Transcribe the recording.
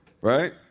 Right